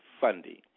funding